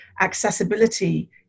accessibility